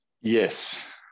Yes